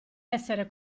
essere